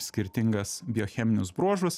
skirtingas biocheminius bruožus